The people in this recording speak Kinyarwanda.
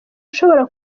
ushobora